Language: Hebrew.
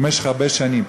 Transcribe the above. במשך הרבה שנים.